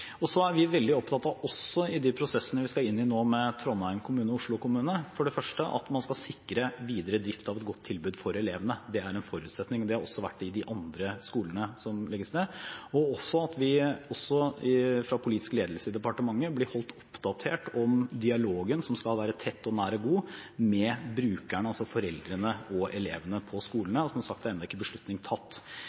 er også veldig opptatt av i de prosessene vi skal inn i nå med Trondheim kommune og Oslo kommune, at man for det første skal sikre videre drift av et godt tilbud for elevene – det er en forutsetning, og det har det også vært for de andre skolene som legges ned – og videre at vi fra politisk ledelse i departementet blir holdt oppdatert om dialogen, som skal være tett, nær og god, med brukerne, altså foreldrene og elevene på skolene. Og som sagt, enda er ingen beslutning tatt.